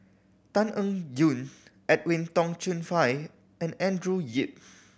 Tan Eng Yoon Edwin Tong Chun Fai and Andrew Yip